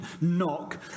knock